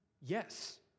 Yes